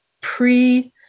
pre